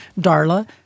Darla